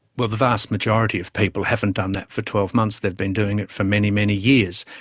well, the vast majority of people haven't done that for twelve months, they've been doing it for many, many years.